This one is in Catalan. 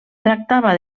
tractava